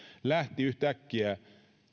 lähtivät yhtäkkiä